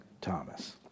Thomas